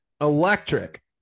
Electric